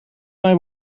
mijn